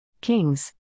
Kings